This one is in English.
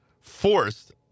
forced